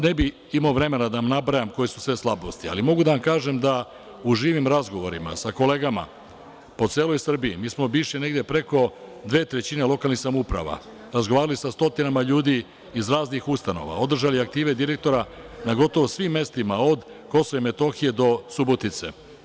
Ne bih imao vremena da vam nabrajam koje su sve slabosti, ali mogu da vam kažem da u živim razgovorima sa kolegama po celoj Srbiji, obišli smo preko dve trećine lokalnih samouprava, razgovarali sa stotinama ljudi iz raznih ustanova, održali aktive direktora na gotovo svim mestima, od KiM do Subotice.